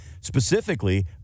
Specifically